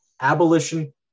abolition